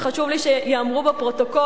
וחשוב לי שהם ייאמרו בפרוטוקול,